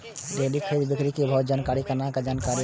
Daily खरीद बिक्री के भाव के जानकारी केना जानी?